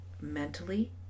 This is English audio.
mentally